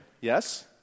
Yes